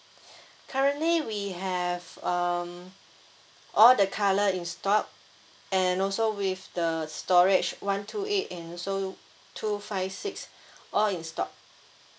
currently we have um all the colour in stock and also with the storage one two eight and also two five six all in stock